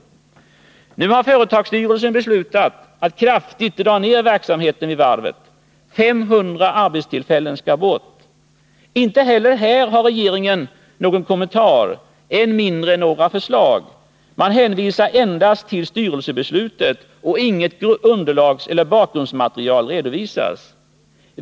Inte heller här har regeringen och industriministern någon kommentar, än mindre några konstruktiva förslag. Man hänvisar endast till styrelsebeslutet. Inget bakgrundsmaterial redovisas.